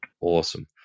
awesome